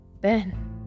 Ben